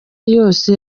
yose